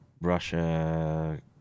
Russia